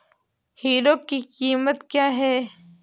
Hero की कीमत क्या है?